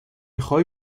خوای